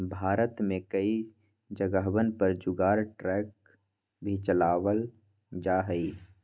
भारत में कई जगहवन पर जुगाड़ ट्रक भी चलावल जाहई